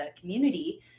community